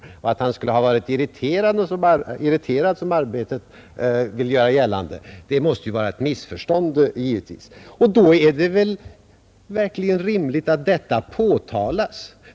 Att statsministern skulle vara irriterad som Arbetet vill göra gällande, det måste givetvis vara ett missförstånd. Då är det verkligen rimligt att det påtalas.